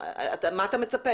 מה אתה מצפה,